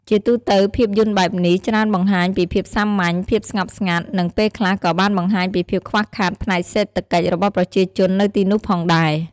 ជាទូទៅភាពយន្តបែបនេះច្រើនបង្ហាញពីភាពសាមញ្ញ ភាពស្ងប់ស្ងាត់ និងពេលខ្លះក៏បានបង្ហាញពីភាពខ្វះខាតផ្នែកសេដ្ឋកិច្ចរបស់ប្រជាជននៅទីនោះផងដែរ ។